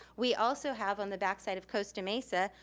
we also have, on the back side of costa mesa,